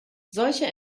solche